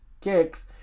kicks